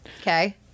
okay